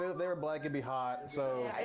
ah they were black, it'd be hot. so